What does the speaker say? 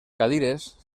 cadires